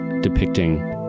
depicting